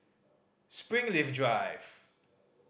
Springleaf Drive